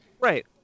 Right